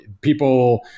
People